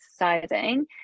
exercising